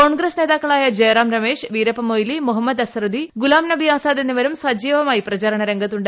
കോൺഗ്രസ് നേതാക്കളായ ജയറാം രമേശ് വീരപ്പമൊയ്ലി മുഹമ്മദ് അസ്ഹറുദ്ദി ഗുലാംനബി ആസാദ് എന്നിവരും സജീവമായി പ്രചരണ രംഗത്തുണ്ട്